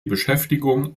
beschäftigung